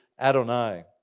Adonai